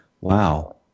Wow